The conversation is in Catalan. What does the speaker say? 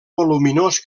voluminós